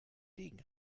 degen